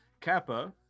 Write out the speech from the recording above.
Kappa